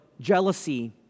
jealousy